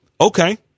Okay